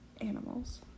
animals